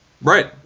Right